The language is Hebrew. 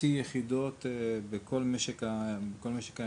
צינור שצריך להגיע